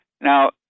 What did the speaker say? Now